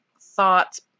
thoughts